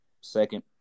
Second